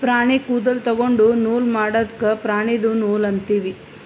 ಪ್ರಾಣಿ ಕೂದಲ ತೊಗೊಂಡು ನೂಲ್ ಮಾಡದ್ಕ್ ಪ್ರಾಣಿದು ನೂಲ್ ಅಂತೀವಿ